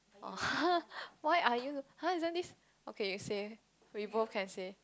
why are you [huh] isin't this okay say we both can say